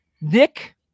Nick